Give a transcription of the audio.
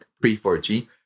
pre-4G